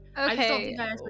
okay